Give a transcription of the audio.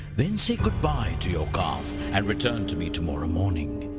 then say goodbye to your calf and return to me tomorrow morning.